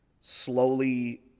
slowly